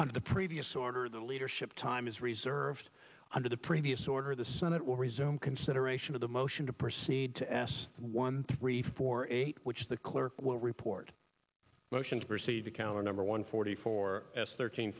under the previous order the leadership time is reserved under the previous order the senate will resume consideration of the motion to proceed to ass one three four eight which the clerk will report motion to proceed to counter number one forty four thirteen